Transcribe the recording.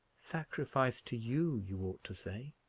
sacrifice to you, you ought to say.